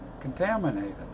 contaminated